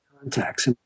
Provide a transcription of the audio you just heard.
contacts